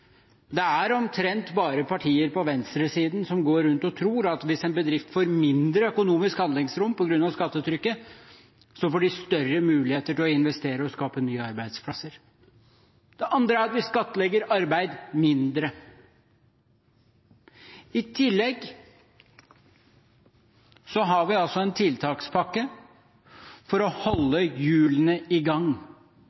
Det er omtrent bare partier på venstresiden som går rundt og tror at hvis en bedrift får mindre økonomisk handlingsrom på grunn av skattetrykket, får de større muligheter til å investere og skape nye arbeidsplasser. Det andre er at vi skattlegger arbeid mindre. I tillegg har vi en tiltakspakke for å holde hjulene i gang